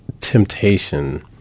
temptation